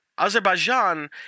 Azerbaijan